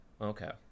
okay